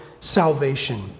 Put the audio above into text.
salvation